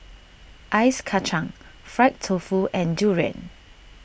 Ice Kachang Fried Tofu and Durian